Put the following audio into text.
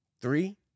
Three